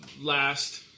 last